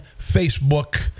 Facebook